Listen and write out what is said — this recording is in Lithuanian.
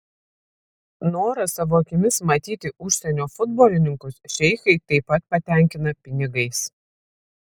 norą savo akimis matyti užsienio futbolininkus šeichai taip pat patenkina pinigais